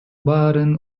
баарын